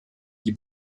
die